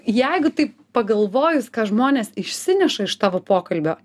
jeigu taip pagalvojus ką žmonės išsineša iš tavo pokalbio